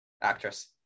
actress